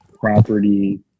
property